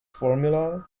formula